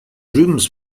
rooms